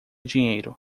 dinheiro